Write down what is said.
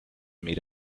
meet